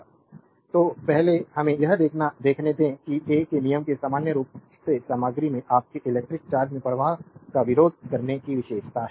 slide time देखें 0152 तो पहले हमें यह देखने दें कि a के नियम में सामान्य रूप से सामग्री में आपके इलेक्ट्रिक चार्ज के प्रवाह का विरोध करने की विशेषता है